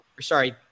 Sorry